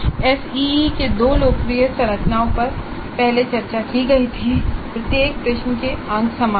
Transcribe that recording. SEE की दो लोकप्रिय संरचनाओं पर पहले चर्चा की गई थी प्रत्येक प्रश्न के अंक समान हैं